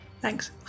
Thanks